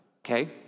okay